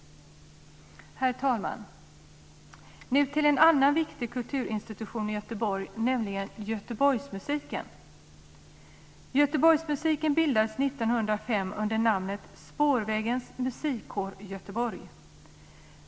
Herr talman! Nu till en annan viktig kulturinstitution i Göteborg, nämligen Göteborgsmusiken. Göteborgsmusiken bildades 1905 under namnet Spårvägens Musikkår Göteborg.